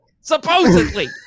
supposedly